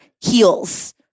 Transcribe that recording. heals